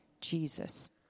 Jesus